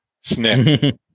snip